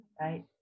right